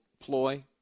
ploy